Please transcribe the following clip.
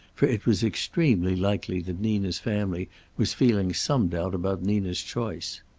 for it was extremely likely that nina's family was feeling some doubt about nina's choice.